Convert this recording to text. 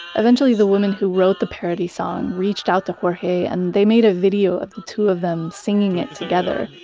eventually, the woman who wrote the parody song reached out to jorge and they made a video of the two of them singing it together